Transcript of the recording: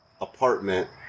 apartment